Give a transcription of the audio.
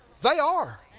they are.